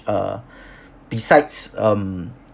uh besides um